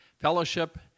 fellowship